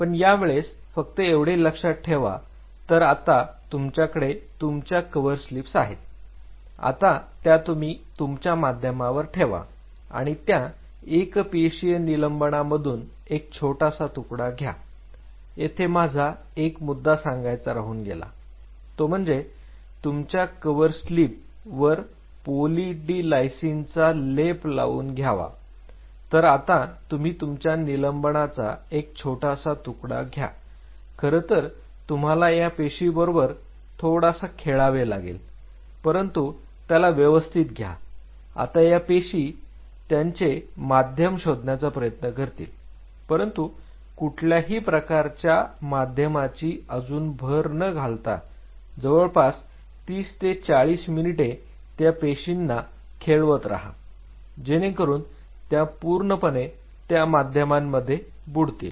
पण या वेळेस फक्त एवढे लक्षात ठेवा तर आता तुमच्याकडे तुमच्या कव्हरस्लिप आहेत आता त्या तुम्ही तुमच्या माध्यमावर ठेवा आणि त्या एक पेशीय निलंबनामधून एक छोटासा तुकडा घ्या येथे माझा एक मुद्दा सांगायचा राहून गेला तो म्हणजे तुमच्या कव्हरस्लिप वर पोलि डी लायसिन चा लेप लावून घ्यावा तर आता तुम्ही तुमच्या निलंबनाचा एक छोटासा तुकडा घ्या खरंतर तुम्हाला या पेशीबरोबर थोडासा खेळावे लागेल परंतु त्याला व्यवस्थित घ्या आता या पेशी त्यांचे माध्यम शोधण्याचा प्रयत्न करतील परंतु कुठल्याही प्रकारच्या माध्यमाची अजून भर न घालता जवळपास 30 ते 40 मिनिटे त्या पेशींना खेळवत राहा जेणेकरून त्या पूर्णपणे त्या माध्यमांमध्ये बुडतील